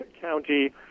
County